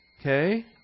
Okay